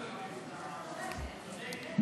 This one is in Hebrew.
הוועדה, נתקבל.